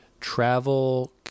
travel